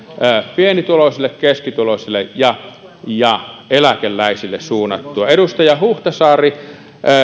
pienituloisille keskituloisille ja ja eläkeläisille suunnattua edustaja huhtasaari